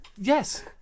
yes